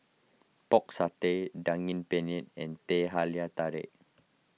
Pork Satay Daging Penyet and Teh Halia Tarik